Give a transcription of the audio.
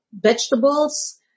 vegetables